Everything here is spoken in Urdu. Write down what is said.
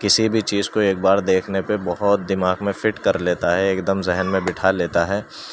کسی بھی چیز کو ایک بار دیکھنے پہ بہت دماغ میں فٹ کر لیتا ہے ایک دم ذہن میں بیٹھا لیتا ہے